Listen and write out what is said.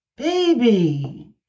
Baby